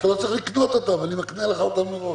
אתה לא צריך לקנות אותן, אני מקנה לך אותן מראש.